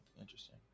interesting